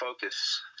focus